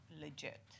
legit